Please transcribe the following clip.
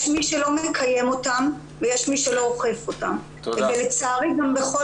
יש מי שלא מקיים אותם ויש מי שלא אוכף אותם ולצערי גם בכל